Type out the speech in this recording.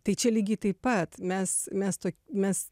tai čia lygiai taip pat mes mes to mes